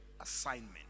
assignment